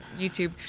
YouTube